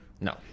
No